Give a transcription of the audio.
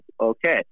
okay